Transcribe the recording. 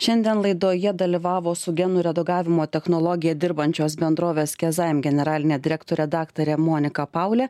šiandien laidoje dalyvavo su genų redagavimo technologija dirbančios bendrovės kezaim generalinė direktorė daktarė monika paulė